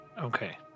Okay